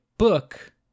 book